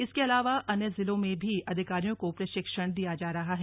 इसके अलावा अन्य जिलों में भी अधिकारियों को प्रशिक्षण दिया जा रहा है